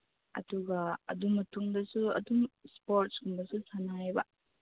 ꯑꯗꯨꯒ ꯑꯗꯨ ꯃꯇꯨꯡꯗꯁꯨ ꯑꯗꯨꯝ ꯏꯁꯄꯣꯔꯠꯁꯀꯨꯝꯕꯁꯨ ꯁꯥꯟꯅꯩꯕ